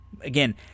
Again